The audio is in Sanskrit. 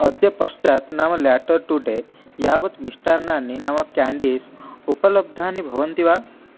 अद्य पश्चात् नाम लेटर् टुडे यावत् मिष्टान्नानि नाम केण्डीस् उपलब्धानि भवन्ति वा